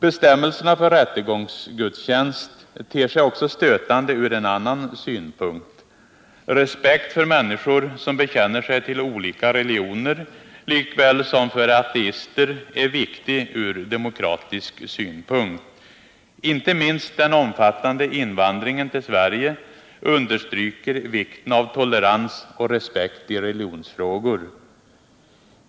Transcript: Bestämmelserna för rättegångsgudstjänst ter sig också stötande ur en annan synpunkt. Respekt för människor som bekänner sig till olika religioner lika väl som för ateister är viktig ur demokratisk synpunkt. Inte minst den omfattande invandringen till Sverige understryker vikten av tolerans och respekt i religionsfrågor.